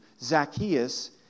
Zacchaeus